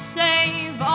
save